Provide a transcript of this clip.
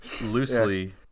loosely